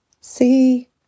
see